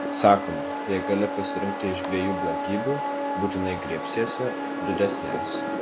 sakoma jei gali pasirinkti iš dviejų blogybių būtinai griebsiesi didesnės